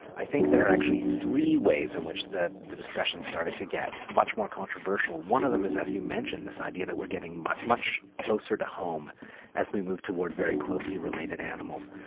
i think there are actually three ways in which the the discussion started to get much more controversial. one of them is, as you mentioned, this idea that we're getting much much closer to home as we move toward very closely related animals.